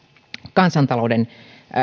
kansantalouden